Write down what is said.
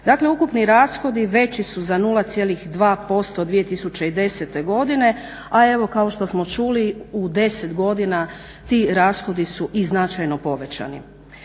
Dakle, ukupni rashodi veći su za 0,2% 2010. godine, a evo kao što smo čuli u 10 godina ti rashodi su i značajno povećani.